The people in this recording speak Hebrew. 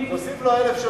ולהוסיף לו 1,000 שוטרים.